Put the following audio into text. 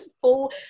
full